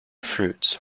fruits